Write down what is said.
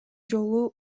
жолу